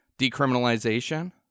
decriminalization